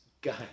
guy